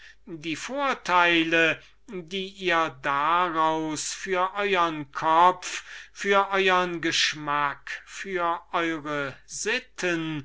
die vorteile die ihr daraus für euern kopf für euern geschmack für eure